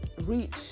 reach